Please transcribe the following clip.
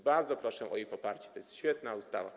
Bardzo proszę o jej poparcie, to jest świetna ustawa.